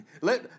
Let